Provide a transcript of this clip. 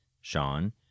Sean